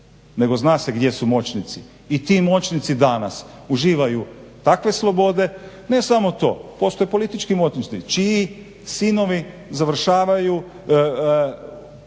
nego zna se gdje su moćnici i ti moćnici danas uživaju takve slobode. Ne samo to, postoje politički moćnici čiji sinovi završavaju u